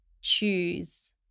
choose